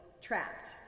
trapped